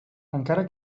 encara